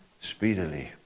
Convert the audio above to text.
speedily